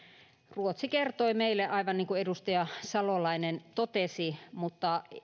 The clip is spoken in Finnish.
ruotsi kertoi meille aivan niin kuin edustaja salolainen totesi mutta